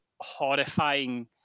horrifying